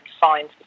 find